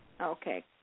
Okay